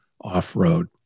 off-road